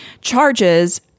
charges